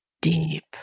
deep